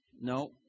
No